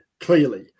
clearly